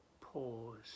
pause